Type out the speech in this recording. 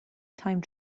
time